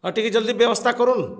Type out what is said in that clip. ହ ଟିକେ ଜଲ୍ଦି ବ୍ୟବସ୍ଥା କରୁନ୍